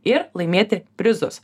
ir laimėti prizus